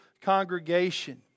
congregation